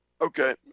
Okay